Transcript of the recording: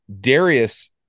Darius